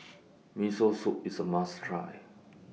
Miso Soup IS A must Try